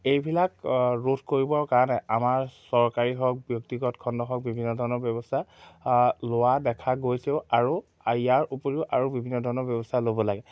এইবিলাক ৰোধ কৰিবৰ কাৰণে আমাৰ চৰকাৰী হওক ব্যক্তিগত খণ্ড হওক বিভিন্ন ধৰণৰ ব্যৱস্থা লোৱা দেখা গৈছেও আৰু ইয়াৰ উপৰিও আৰু বিভিন্ন ধৰণৰ ব্যৱস্থা ল'ব লাগে